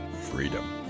freedom